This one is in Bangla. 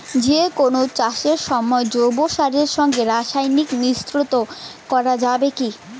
যে কোন চাষের সময় জৈব সারের সঙ্গে রাসায়নিক মিশ্রিত করা যাবে কি?